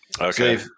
Okay